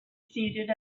seated